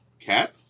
Cat